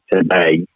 today